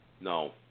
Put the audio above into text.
No